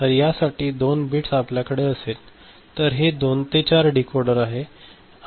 तर यासाठी अतिरिक्त 2 बिट्स आपल्याकडे असेल तर हे 2 ते 4 डीकोडर आहे